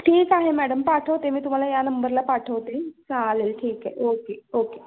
ठीक आहे मॅडम पाठवते मी तुम्हाला या नंबरला पाठवते चालेल ठीक आहे ओके ओके